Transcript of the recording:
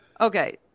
Okay